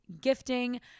gifting